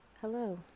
Hello